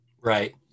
Right